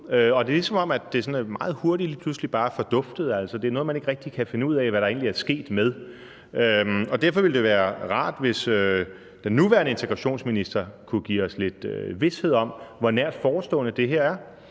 Det er, ligesom om det meget hurtigt lige pludselig bare forduftede. Det er noget, man ikke rigtig kan finde ud af hvad der egentlig er sket med. Derfor ville det være rart, hvis den nuværende integrationsminister kunne give os lidt vished om, hvor nært forestående det her er.